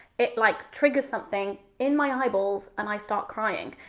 it like triggers something in my eyeballs, and i start crying.